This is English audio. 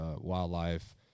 wildlife